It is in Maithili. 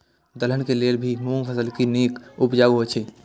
दलहन के लेल भी मूँग फसल भी नीक उपजाऊ होय ईय?